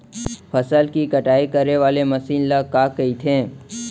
फसल की कटाई करे वाले मशीन ल का कइथे?